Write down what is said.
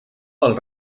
del